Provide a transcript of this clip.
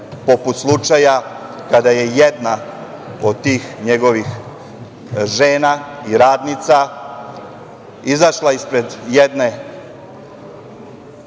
poput slučaja kada je jedna od tih njegovih žena i radnica izašla ispred jedne